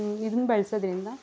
ಇದ್ನ ಬಳಸೋದ್ರಿಂದ